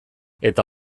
eta